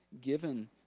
given